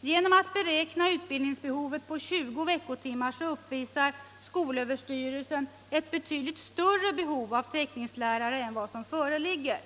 Genom att beräkna utbildningsbehovet för 20 veckotimmars undervisning uppvisar skolöverstyrelsen ett betydligt större behov av teckningslärare än vad som föreligger.